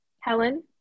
Helen